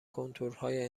کنتورهای